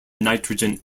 nitrogen